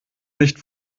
nicht